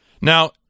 Now